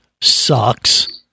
sucks